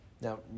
Now